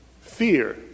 Fear